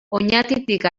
oñatitik